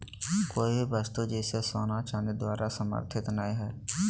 कोय भी वस्तु जैसे सोना चांदी द्वारा समर्थित नय हइ